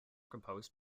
composed